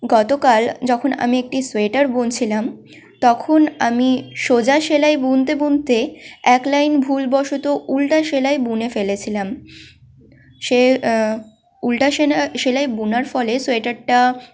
গতকাল যখন আমি একটি সোয়েটার বুনছিলাম তখন আমি সোজা সেলাই বুনতে বুনতে এক লাইন ভুলবশত উলটো সেলাই বুনে ফেলেছিলাম সে উলটো সেলাই বোনার ফলে সোয়েটারটা